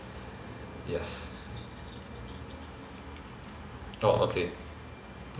yes oh okay